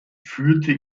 führte